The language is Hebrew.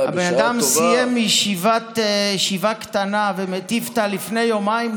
הבן אדם סיים ישיבה קטנה ומתיבתא לפני יומיים,